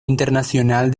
internacional